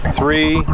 three